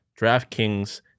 DraftKings